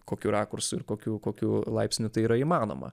kokiu rakursu ir kokiu kokiu laipsniu tai yra įmanoma